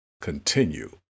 continue